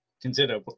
consider